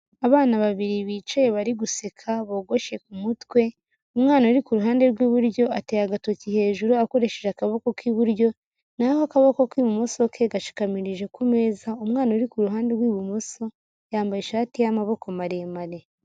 Abana babiri bicaye bari guseka bogoshe ku mutwe, umwana uri ku ruhande rw'iburyo ateye agatoki hejuru akoresheje akaboko k'iburyo, naho akaboko k'ibumoso ke gashikamirije ku meza, umwana uri ku ruhande rw'ibumoso, yambaye ishati y'amaboko maremare.